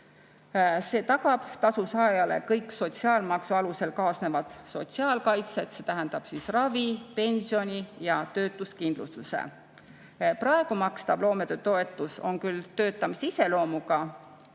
See tagab tasu saajale kõik sotsiaalmaksu alusel kaasnevad sotsiaalkaitsed, see tähendab ravi-, pensioni- ja töötuskindlustuse. Praegu makstav loometöötoetus on küll töötamise iseloomuga